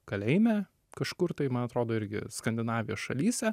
kalėjime kažkur tai man atrodo irgi skandinavijos šalyse